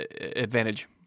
advantage